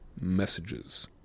Messages